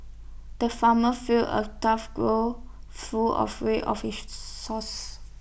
the farmer filled A tough full of hay of his sauce